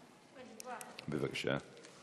בבקשה.